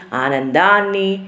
anandani